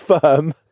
Firm